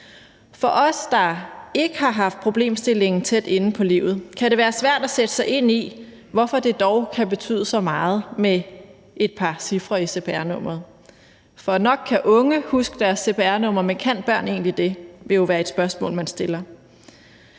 For os, der ikke har haft problemstillingen tæt inde på livet, kan det være svært at sætte sig ind i, hvorfor det dog kan betyde så meget med et par cifre i cpr-nummeret. For nok kan unge huske deres cpr-nummer, men kan børn egentlig det? Det vil jo være et spørgsmål, man stiller.